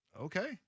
okay